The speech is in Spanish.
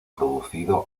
producido